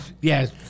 Yes